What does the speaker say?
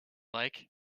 like